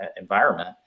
environment